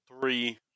three